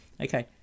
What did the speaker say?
Okay